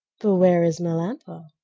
but where is melampo?